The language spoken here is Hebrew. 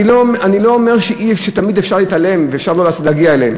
אני לא אומר שתמיד אפשר להתעלם ואפשר לא להגיע אליהם,